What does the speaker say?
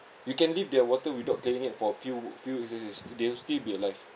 you can leave their water without cleaning it for a few few they will still be alive